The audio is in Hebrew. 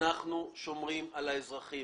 אנחנו שומרים על האזרחים.